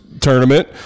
tournament